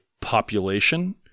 population